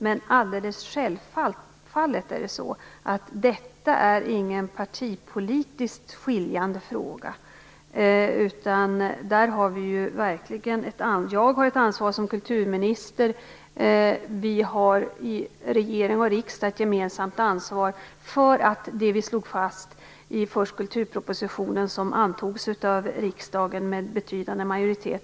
Detta är självfallet ingen partipolitiskt skiljande fråga. Jag har ett ansvar som kulturminister. Vi har i regering och riksdag ett gemensamt ansvar för det vi slog fast i kulturpropositionen, som antogs av riksdagen med betydande majoritet.